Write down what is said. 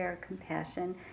compassion